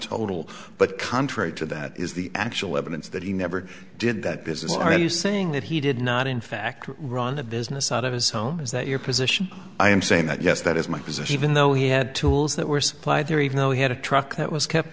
total but contrary to that is the actual evidence that he never did that this is are you saying that he did not in fact run a business out of his home is that your position i am saying that yes that is my position even though he had tools that were supplied there even though he had a truck that was kept